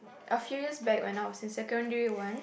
a few years back when I was in secondary one